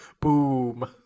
Boom